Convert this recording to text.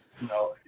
No